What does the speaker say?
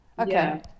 Okay